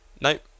Nope